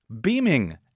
beaming